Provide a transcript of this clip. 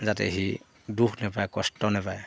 যাতে সি দুখ নাপায় কষ্ট নাপায়